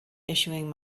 issuing